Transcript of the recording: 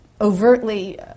overtly